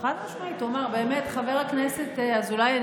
חבר הכנסת אזולאי,